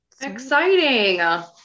Exciting